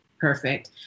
perfect